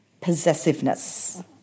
possessiveness